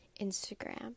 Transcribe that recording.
Instagram